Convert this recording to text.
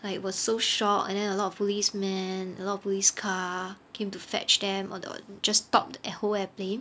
like were so shocked and then a lot of policemen a lot of police car came to fetch them oh no stopped the whole airplane